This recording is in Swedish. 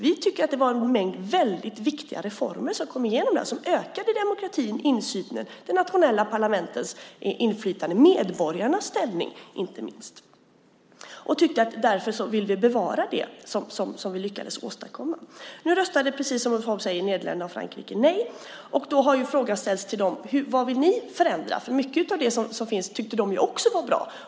Vi tycker att det var en mängd viktiga reformer som kom igenom som ökade demokratin, insynen, de nationella parlamentens inflytande och, inte minst, medborgarnas ställning. Därför tyckte vi att vi vill bevara det som vi lyckades åstadkomma. Nederländerna och Frankrike röstade nej, som Ulf Holm sade. Då har man ställt frågan till dem: Vad vill ni förändra? Mycket av det som finns tyckte ju de också var bra.